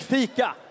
Fika